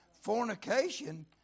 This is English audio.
Fornication